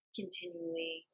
continually